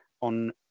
on